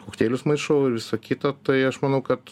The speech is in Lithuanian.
kokteilius maišau ir visa kita tai aš manau kad